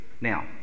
Now